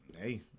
Hey